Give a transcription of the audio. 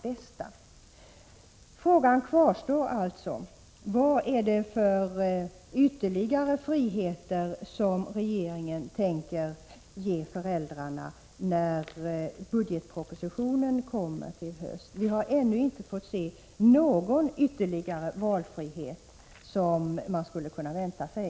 Min fråga kvarstår alltså: Vilka ytterligare friheter tänker regeringen ge föräldrarna i den budgetproposition som kommer till hösten? Vi har ännu inte sett att valfriheten utökats som man skulle kunna vänta sig.